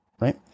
right